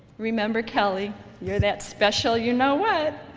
remember kelly you're that special you know what!